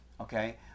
Okay